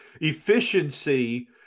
efficiency